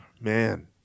man